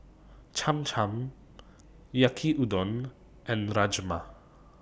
Cham Cham Yaki Udon and Rajma